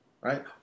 right